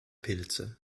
pilze